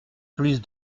plus